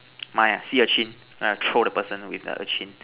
mine ah sea urchin then I throw the person with the urchin